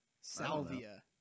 Salvia